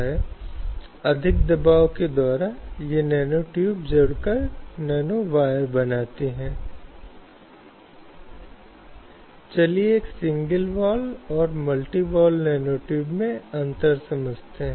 संदर्भसमय को देखें 0252 अब आज से शुरू करने के लिए हम देखते हैं कि हमारे पास सैकड़ों और हजारों महिलाएं हैं जो कार्यबल में शामिल हो रही हैं